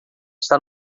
está